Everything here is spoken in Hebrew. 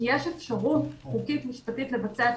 כי יש אפשרות חוקית משפטית לבצע את